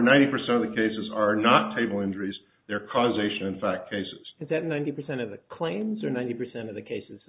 ninety percent of the cases are not table entries there causation in fact cases that ninety percent of the claims are ninety percent of the cases